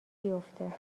بیفته